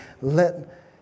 let